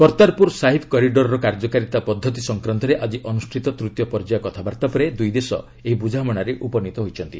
କର୍ତ୍ତାରପୁର ସାହିବ କରିଡ଼ରର କାର୍ଯ୍ୟକାରୀତା ପଦ୍ଧତି ସଂକ୍ରାନ୍ତରେ ଆଜି ଅନୁଷ୍ଠିତ ତୂତୀୟ ପର୍ଯ୍ୟାୟ କଥାବାର୍ତ୍ତା ପରେ ଦୁଇ ଦେଶ ଏହି ବୁଝାମଣାରେ ଉପନିତ ହୋଇଛନ୍ତି